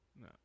No